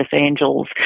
angels